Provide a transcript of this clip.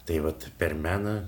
tai vat per meną